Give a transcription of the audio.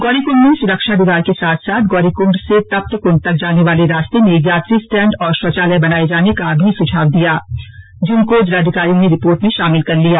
गौरीकुंड में सुरक्षा दीवार के साथ साथ गौरीकुंड से तप्त कुंड तक जाने वाले रास्ते में यात्री स्टैंड और शौचालय बनाये जाने का सुझाव भी दिया जिनको जिलाधिकारी ने रिपोर्ट में शामिल कर लिया